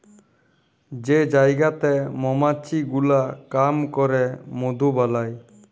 যে জায়গাতে মমাছি গুলা কাম ক্যরে মধু বালাই